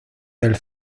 del